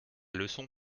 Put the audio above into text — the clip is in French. leçon